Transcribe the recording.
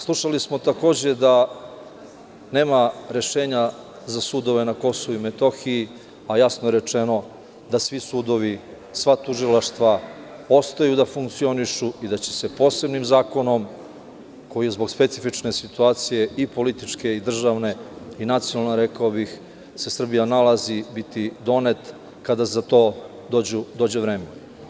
Slušali smo, takođe, da nema rešenja za sudove na Kosovu i Metohiji, a jasno je rečeno da svi sudovi, sva tužilaštva ostaju da funkcionišu i da će se posebnim zakonom, koji je zbog specifičnosti situacije, i političke i državne i nacionalne, rekao bih, u kojoj se Srbija nalazi biti donet kada za to dođe vreme.